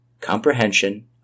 comprehension